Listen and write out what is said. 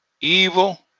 Evil